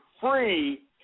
free